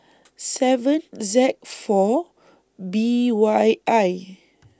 seven Z four B Y I